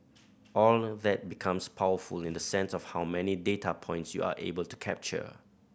all that becomes powerful in the sense of how many data points you are able to capture